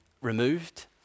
removed